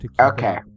Okay